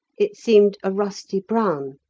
it seemed a rusty brown,